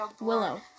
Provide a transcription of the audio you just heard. Willow